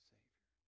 Savior